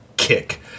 kick